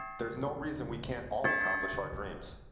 there's no reason we can't all accomplish our dreams,